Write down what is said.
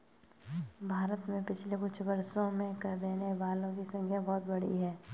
भारत में पिछले कुछ वर्षों में कर देने वालों की संख्या बहुत बढ़ी है